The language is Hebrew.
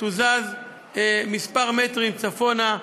תוזז כמה מטרים צפונה,